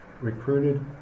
recruited